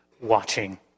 watching